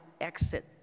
exit